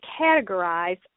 categorize